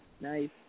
Nice